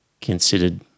considered